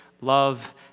love